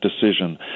decision